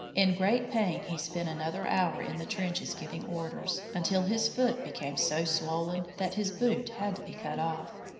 in great pain he spent another hour in the trenches giving orders, until his foot became so swollen that his boot had to be cut off.